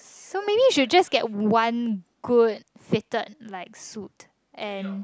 so maybe should just get one good fitted like suit and